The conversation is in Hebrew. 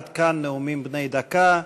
עד כאן נאומים בני דקה.